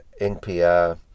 NPR